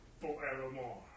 forevermore